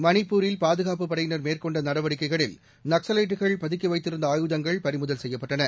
மணிப்பூரில் பாதுகாப்பு படையினர் மேற்கொண்ட நடவடிக்கைகளில் நக்லைட்டுகள் பதுக்கி வைத்திருந்த ஆயுதங்கள் பறிமுதல் செய்யப்பட்டன